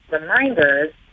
reminders